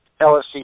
LSC